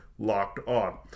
LockedOn